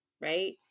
right